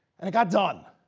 and it got done.